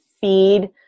feed